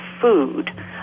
food